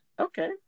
Okay